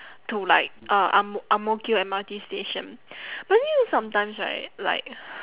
to like uh ang-m~ ang-mo-kio M_R_T station but you know sometimes right like